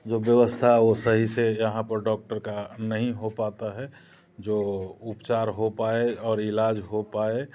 जो व्यवस्था वो सही से यहाँ पे डॉक्टर का नहीं हो पता है जो उपचार हो पाए और इलाज हो पाए